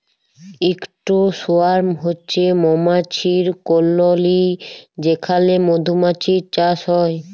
ইকট সোয়ার্ম হছে মমাছির কললি যেখালে মধুমাছির চাষ হ্যয়